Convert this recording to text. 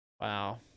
Wow